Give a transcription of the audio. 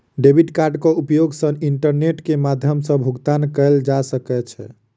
debit कार्डक उपयोग सॅ इंटरनेट के माध्यम सॅ भुगतान कयल जा सकै छै